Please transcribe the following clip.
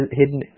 hidden